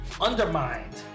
undermined